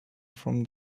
from